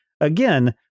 again